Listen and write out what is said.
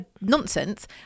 nonsense